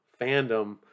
fandom